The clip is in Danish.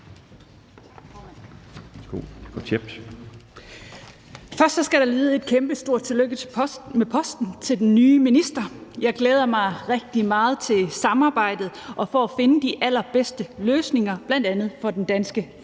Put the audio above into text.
Først skal der lyde et kæmpestort tillykke med posten til den nye minister. Jeg glæder mig rigtig meget til samarbejdet og til at finde de allerbedste løsninger, bl.a. for den danske